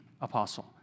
apostle